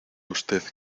usted